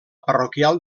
parroquial